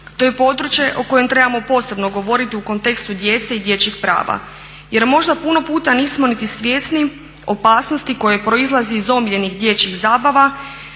To je područje o kojem trebamo posebno govoriti u kontekstu djece i dječjih prava. Jer možda puno puta nismo niti svjesni opasnosti koje proizlazi iz omiljenih dječjih zabava